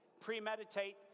premeditate